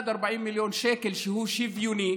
אחד, 40 מיליון שקל, שהוא שוויוני,